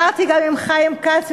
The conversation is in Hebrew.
דיברתי גם עם חיים כץ,